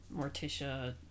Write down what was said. Morticia